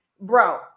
bro